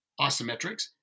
isometrics